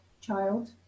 child